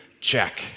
Check